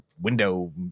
window